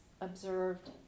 observed